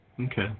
Okay